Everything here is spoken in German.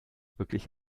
wirklich